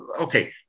okay